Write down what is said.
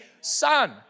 Son